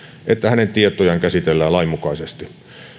että hänen tietojaan käsitellään lainmukaisesti